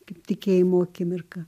kaip tikėjimo akimirka